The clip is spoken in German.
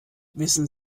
wissen